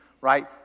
right